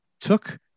took